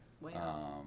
wow